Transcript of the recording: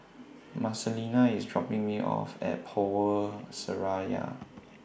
Marcelina IS dropping Me off At Power Seraya